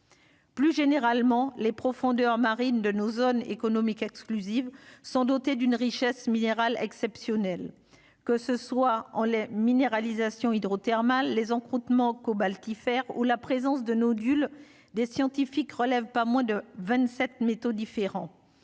plus généralement les profondeurs marines de nos zones économiques exclusives 100 doté d'une richesse minérale exceptionnel, que ce soit en la minéralisation hydrothermales les encres hautement cobaltifères ou la présence de nodules des scientifiques relève pas moins de 27 métaux différents,